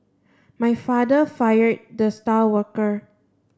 my father fired the star worker